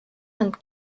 hand